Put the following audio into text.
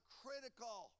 critical